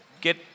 get